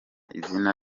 izina